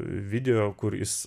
video kur jis